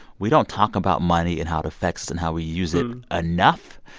we don't talk about money and how it affects and how we use it enough.